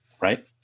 right